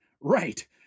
Right